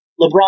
LeBron